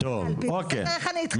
איך אני איתך?